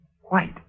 white